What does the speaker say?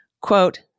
Quote